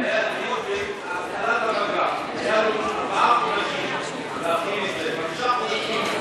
היו לו ארבעה חודשים להכין את זה, חמישה חודשים,